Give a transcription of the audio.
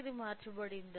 ఇది మార్చబడింది